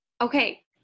Okay